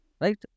right